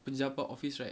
pejabat office right